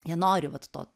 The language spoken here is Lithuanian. jie nori vat to